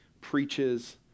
preaches